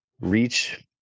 reach